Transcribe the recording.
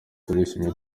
turishimye